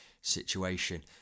situation